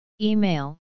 Email